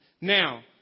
Now